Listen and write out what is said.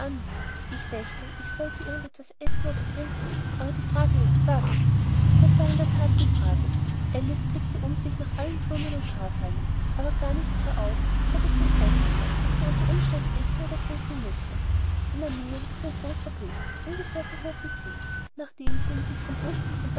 ich dächte ich sollte irgend etwas essen oder trinken aber die frage ist was das war in der that die frage alice blickte um sich nach allen blumen und grashalmen aber gar nichts sah aus als ob es das rechte sei das sie unter den umständen essen oder trinken müsse in der nähe wuchs ein großer pilz ungefähr so hoch wie sie nachdem sie ihn sich von unten von